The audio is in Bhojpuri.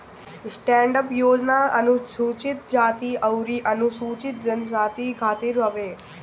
स्टैंडअप योजना अनुसूचित जाती अउरी अनुसूचित जनजाति खातिर हवे